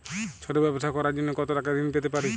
ছোট ব্যাবসা করার জন্য কতো টাকা ঋন পেতে পারি?